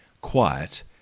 quiet